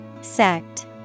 Sect